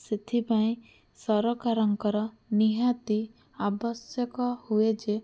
ସେଥିପାଇଁ ସରକାରଙ୍କର ନିହାତି ଆବଶ୍ୟକ ହୁଏ ଯେ